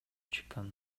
чыккан